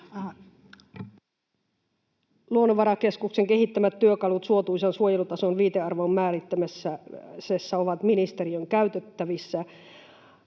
Luonnonvarakeskuksen kehittämät työkalut suotuisan suojelutason viitearvon määrittämiseen ovat ministeriön käytettävissä.”